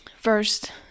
first